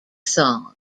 song